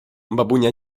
babunia